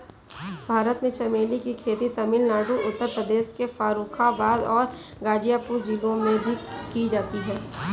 भारत में चमेली की खेती तमिलनाडु उत्तर प्रदेश के फर्रुखाबाद और गाजीपुर जिलों में की जाती है